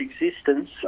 existence